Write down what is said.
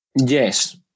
yes